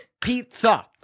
Pizza